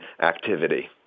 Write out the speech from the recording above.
activity